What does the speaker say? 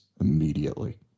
immediately